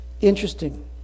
Interesting